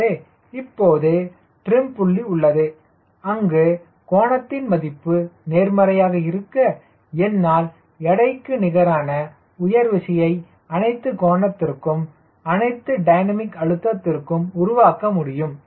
எனவே இப்போது ட்ரிம் புள்ளி உள்ளது அங்கு கோணத்தின் மதிப்பு நேர்மறையாக இருக்க என்னால் எடைக்கு நிகரான உயர் விசையை அனைத்து கோணத்திற்கும் அனைத்து டைனமிக் அழுத்தத்திற்கும் உருவாக்க முடியும்